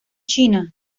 china